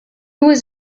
was